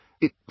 It